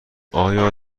آیا